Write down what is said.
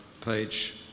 page